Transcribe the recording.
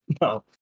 No